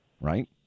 Right